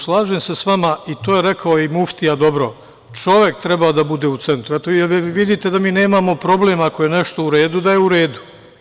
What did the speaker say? Slažem se sa vama i to je rekao i Muftija dobro - čovek treba da bude u centu, eto, jel vi vidite da mi nemamo problem ako je nešto u redu, da je u redu.